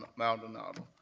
ah maldonado,